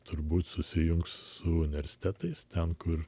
turbūt susijungs su universitetais ten kur